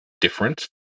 different